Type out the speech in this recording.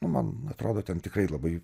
nu man atrodo ten tikrai labai